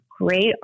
great